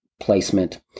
placement